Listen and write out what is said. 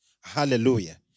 Hallelujah